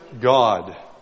God